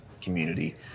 community